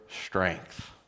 strength